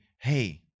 hey